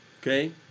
Okay